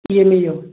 ഇയനോ